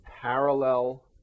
parallel